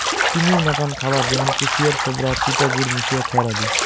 চিনির নাকান খাবার য্যামুন কুশিয়ার ছোবড়া, চিটা গুড় মিশিয়া খ্যার আদি